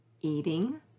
eating